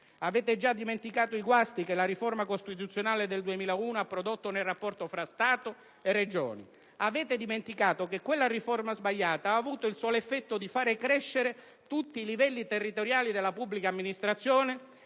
Avete già dimenticato i guasti che la riforma costituzionale del 2001 ha prodotto nel rapporto tra Stato e Regioni. Avete dimenticato che quella riforma sbagliata ha avuto il solo effetto di far crescere tutti i livelli territoriali della pubblica amministrazione,